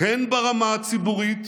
הן ברמה הציבורית